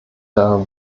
der